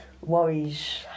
worries